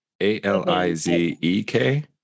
A-L-I-Z-E-K